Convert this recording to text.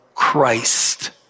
christ